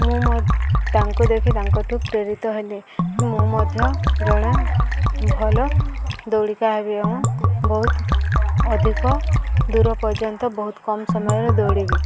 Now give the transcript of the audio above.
ମୁଁ ତାଙ୍କୁ ଦେଖି ତାଙ୍କଠୁ ପ୍ରେରିତ ହେଲି ମୁଁ ମଧ୍ୟ ଜଣେ ଭଲ ହେବି ଏବଂ ବହୁତ ଅଧିକ ଦୂର ପର୍ଯ୍ୟନ୍ତ ବହୁତ କମ୍ ସମୟରେ ଦୌଡ଼ିବି